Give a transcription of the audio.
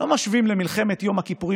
לא משווים למלחמת יום הכיפורים,